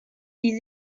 sie